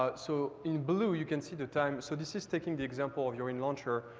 ah so in blue, you can see the time so this is taking the example of you're in launcher,